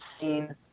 seen